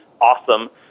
awesome